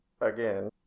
again